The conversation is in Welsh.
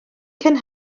cyn